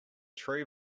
true